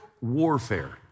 warfare